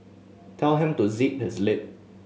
tell him to zip his lip